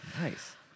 nice